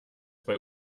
bei